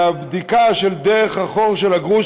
והבדיקה דרך החור של הגרוש,